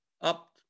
up